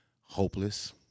hopeless